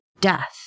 death